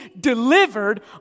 delivered